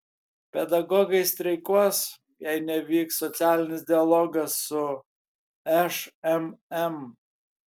pedagogai streikuos jei nevyks socialinis dialogas su šmm